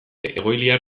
egoiliar